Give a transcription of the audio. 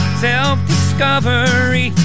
self-discovery